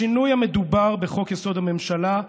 השינוי המדובר הוא בחוק-יסוד: הממשלה.